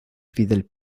fidel